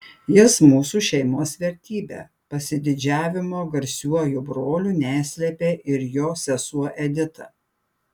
jis mūsų šeimos vertybė pasididžiavimo garsiuoju broliu neslėpė ir jo sesuo edita